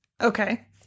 Okay